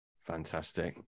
Fantastic